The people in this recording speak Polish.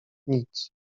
nic